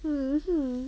mmhmm